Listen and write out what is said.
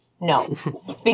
no